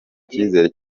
cyizere